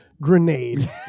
Grenade